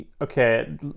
okay